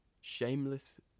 shameless